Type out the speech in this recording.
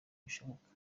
bishoboka